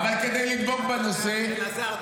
אבל כדי לדבוק בנושא --- אלעזר,